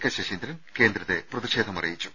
K Saseendran കേന്ദ്രത്തെ പ്രതിഷേധം അറിയിച്ചു